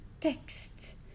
text